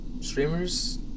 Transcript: streamers